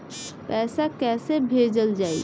पैसा कैसे भेजल जाइ?